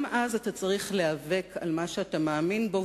גם אז אתה צריך להיאבק על מה שאתה מאמין בו,